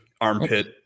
armpit